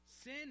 Sin